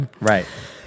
Right